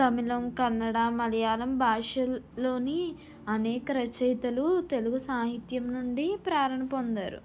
తమిళం కన్నడ మలయాళం భాషలోని అనేక రచయితలు తెలుగు సాహిత్యం నుండి ప్రేరణ పొందారు